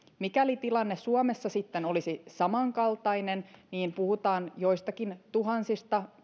mikäli tilanne suomessa olisi samankaltainen niin puhuttaisiin joistakin tuhansista